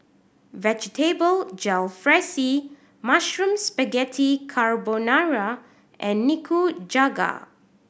Vegetable Jalfrezi Mushroom Spaghetti Carbonara and Nikujaga